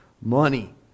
money